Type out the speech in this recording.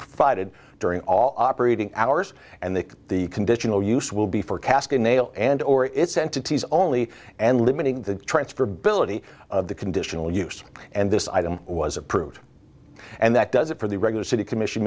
provided during operating hours and then the conditional use will be for casket mail and or its entities only and limiting the transferability of the conditional use and this item was approved and that does it for the regular city commission